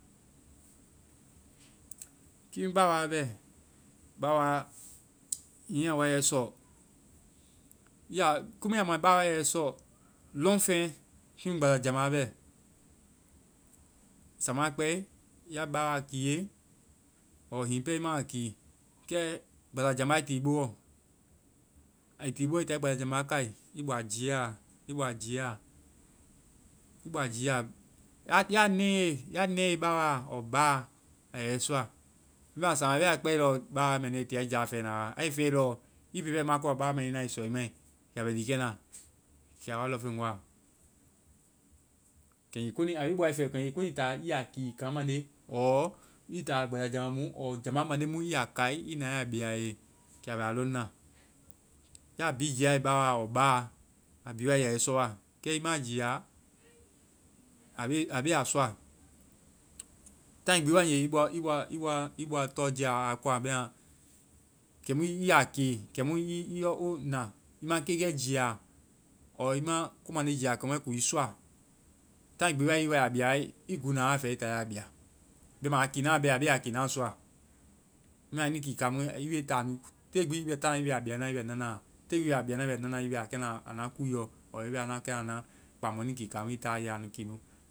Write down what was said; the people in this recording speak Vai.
Kimu báwaa bɛ, báwaa hiŋi a wa a yɛ i sɔ, i ya-ko mo ya ma bawaa yɛ i sɔ. Lɔŋfeŋ! Kimu gbasajambá bɛ, sama kpɛe, ya báwaa kiiye, ɔɔ hiŋi pɛ i maa kii. Kɛ, gbasajambá ai ti i booɔ. Ai ti i booɔ i ta gbasajambá kaai. I bɔ a jia. I bɔ a jia a. I bɔ a jia. Ya-ya nɛe- ya nɛe bawaa ɔɔ ba. A yɛ i sɔa. Bɛma sámaa kpɛe lɔɔ báwaa mɛ nu i tia i ja fɛna wa. A i fɛe lɔɔ, báwaa mɛ nui na ai sɔ i mai. Kɛ a bɛ liikɛ na kɛ a wa lɔŋeŋ wa. Kɛ i konii-hiŋi i woa, kɛ i konii taa i ya kii kaŋ mande ɔɔ i taa hiŋi gbasajambá mu ɔɔ jambá mande mu, i ya kaai i na i ya be a ye. Kɛ a bɛ a lɔŋna. Ya bi jiae bawawa ɔɔ ba, a yɛ i sɔwa. Kɛ i maa jia, a be-a be a sɔa. taai gbi wae nge i bɔa tɔ jea a koa bɛma kɛmu i ya ke, kɛmu i ya ke. I yɔ, o na. I ma kekɛ jia. ɔɔ i ma ko mande jia kɛmu a kuŋ i sɔa. taai gbi i woa i ya bia, i guuna wa a fɛ i ta i ya bia. Bɛma a kiina bɛ. a be a kiina sɔa. Bɛma a nui kii kaamu, i be taa nu. Te gbi i bɛ taana i bɛ a biana i bɛ nanaa a. Te gbi i bɛ a biana i bɛ nanaa, i bɛ a kɛna a nua kúuɛ ɔ. ɔɔ i bɛ a nua kɛ na-kpaŋ mu a nui ki kaamu, i taa i ya nu kii nu